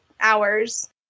hours